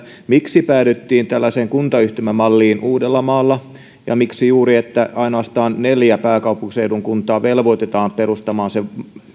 miksi päädyttiin tällaiseen kuntayhtymämalliin uudellamaalla ja miksi juuri niin että ainoastaan neljä pääkaupunkiseudun kuntaa velvoitetaan perustamaan se